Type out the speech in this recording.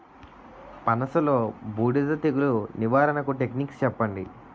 పనస లో బూడిద తెగులు నివారణకు టెక్నిక్స్ చెప్పండి?